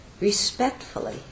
respectfully